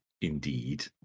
indeed